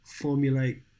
formulate